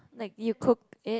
like you cooked it